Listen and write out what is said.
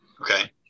Okay